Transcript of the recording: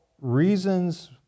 reasons